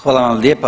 Hvala vam lijepa.